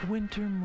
Winter